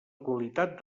qualitat